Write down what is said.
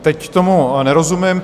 Teď tomu nerozumím.